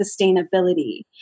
sustainability